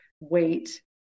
wait